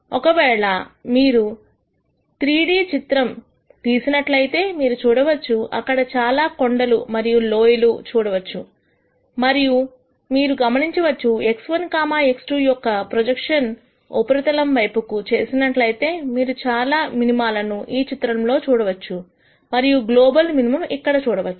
ఒకవేళ మీరు 3D చిత్రం గీసినట్లు అయితే మీరు చూడవచ్చు అక్కడ చాలా కొండలు మరియు లోయలు చూడవచ్చు మరియు మీరు గమనించవచ్చు x1 x2 యొక్క ప్రొజెక్షన్ ఉపరితలం వైపుకు చేసినట్లయితే మీరు చాలా మినిమా లను ఈ చిత్రములో చూడవచ్చు మరియు గ్లోబల్ మినిమం ఇక్కడ చూడవచ్చు